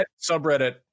Subreddit